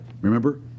Remember